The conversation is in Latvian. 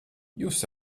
jūs